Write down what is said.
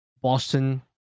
Boston